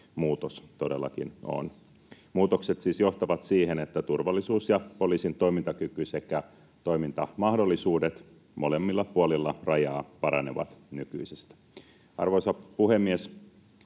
muutos. Muutokset siis johtavat siihen, että turvallisuus ja poliisin toimintakyky sekä toimintamahdollisuudet molemmilla puolilla rajaa paranevat nykyisistä. Arvoisa puhemies!